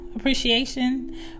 Appreciation